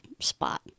spot